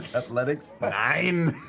athletics? but i mean